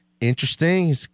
interesting